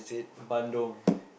bandung